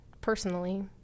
personally